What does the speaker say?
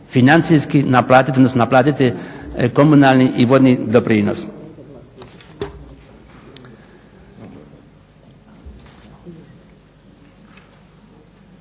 financijski naplatiti odnosno naplatiti komunalni i vodni doprinos.